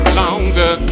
longer